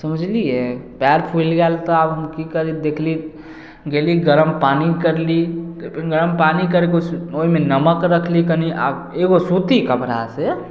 समझलियै पयर फुलि गेल तऽ आब हम की करी देखली गेली गरम पानि करली गरम पानि करिके ओइमे नमक रखली कनि आब एगो सुती कपड़ासँ